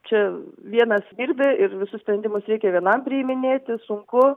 čia vienas dirbi ir visus sprendimus reikia vienam priiminėti sunku